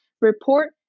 report